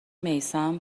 میثم